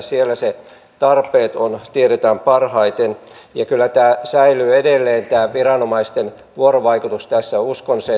siellä ne tarpeet ovat ja tiedetään parhaiten ja kyllä tämä viranomaisten vuorovaikutus säilyy edelleen tässä uskon sen